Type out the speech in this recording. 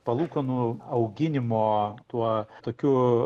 palūkanų auginimo tuo tokiu